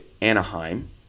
Anaheim